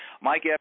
Mike